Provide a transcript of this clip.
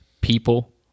people